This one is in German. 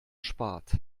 spart